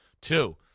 two